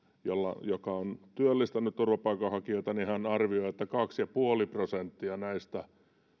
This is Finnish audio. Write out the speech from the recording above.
että hän joka on työllistänyt turvapaikanhakijoita arvioi että kaksi ja puoli prosenttia näistä